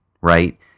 right